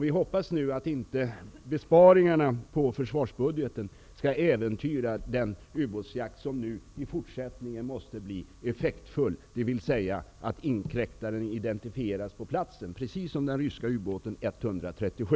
Vi hoppas nu att inte besparingarna på försvarsbudgeten skall äventyra den ubåtsjakt som i fortsättningen måste bli effektfull, dvs. att inkräktaren identifieras på platsen, precis som den ryska ubåten U 137.